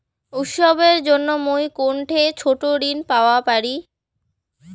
উৎসবের জন্য মুই কোনঠে ছোট ঋণ পাওয়া পারি?